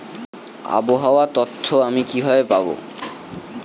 আবহাওয়ার তথ্য আমি কিভাবে পাবো?